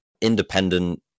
independent